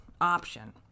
option